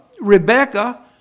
Rebecca